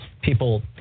people